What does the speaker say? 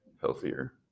healthier